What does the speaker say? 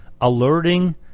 alerting